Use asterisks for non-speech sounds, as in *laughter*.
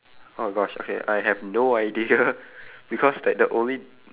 oh gosh okay I have no idea *laughs* because like the only